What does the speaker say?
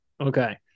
Okay